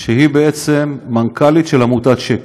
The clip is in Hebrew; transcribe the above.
שוב אני מזמינה את חבר הכנסת דוד אמסלם להציג את הצעת החוק.